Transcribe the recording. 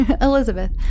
Elizabeth